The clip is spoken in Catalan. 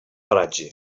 paratge